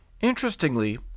Interestingly